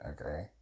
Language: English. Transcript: Okay